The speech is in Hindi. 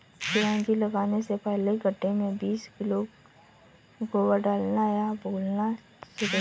चिरौंजी लगाने से पहले गड्ढे में बीस किलो गोबर डालना ना भूलना सुरेश